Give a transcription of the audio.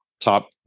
top